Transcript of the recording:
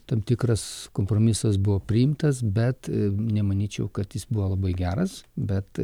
tam tikras kompromisas buvo priimtas bet nemanyčiau kad jis buvo labai geras bet